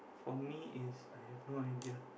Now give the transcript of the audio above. for me is I have no idea